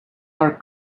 are